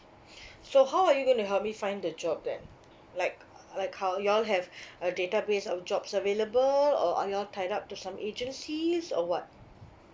so how are you gonna help me find the job then like like how you all have a database of jobs available or are you all tied up to some agencies or what